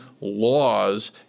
laws